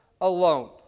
alone